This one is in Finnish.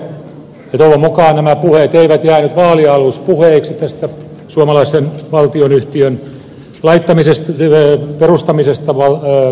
tämä on minusta oikea tavoite ja toivon mukaan nämä puheet eivät jää nyt vaalinaluspuheiksi suomalaisen valtionyhtiön perustamisesta kaivostoimintaa varten